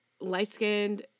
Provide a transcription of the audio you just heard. light-skinned